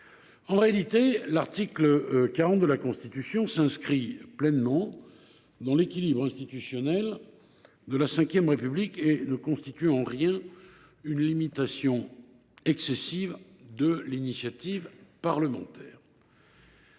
En réalité, l’article 40 de la Constitution s’inscrit pleinement dans l’équilibre institutionnel de la V République. À ce titre, il ne constitue en rien une limitation excessive de l’initiative parlementaire.